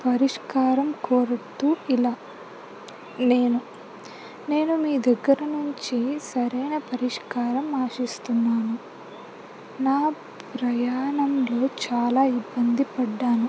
పరిష్కారం కోరతూ ఇలా నేను నేను మీ దగ్గర నుంచి సరైన పరిష్కారం ఆశిస్తున్నాను నా ప్రయాణంలో చాలా ఇబ్బంది పడ్డాను